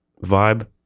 vibe